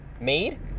made